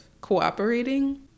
cooperating